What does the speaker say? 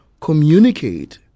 communicate